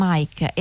Mike